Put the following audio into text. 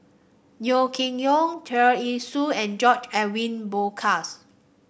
Yeo King Yong Tear Ee Soon and George Edwin Bogaars